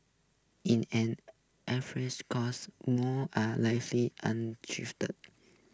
in an every scores more are